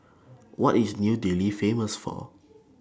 What IS New Delhi Famous For